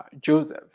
Joseph